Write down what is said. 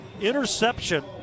interception